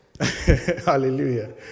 Hallelujah